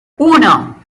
uno